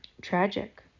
tragic